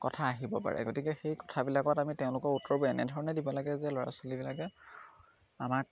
কথা আহিব পাৰে গতিকে সেই কথাবিলাকত আমি তেওঁলোকৰ উত্তৰবোৰ এনেধৰণে দিব লাগে যে ল'ৰা ছোৱালীবিলাকে আমাক